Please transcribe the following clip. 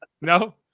No